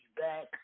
back